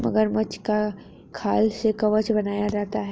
मगरमच्छ की खाल से कवच बनाया जाता है